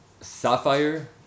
Sapphire